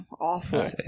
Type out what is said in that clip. Awful